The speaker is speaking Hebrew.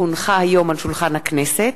כי הונחה היום על שולחן הכנסת,